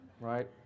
right